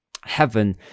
heaven